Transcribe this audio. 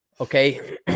Okay